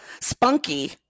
spunky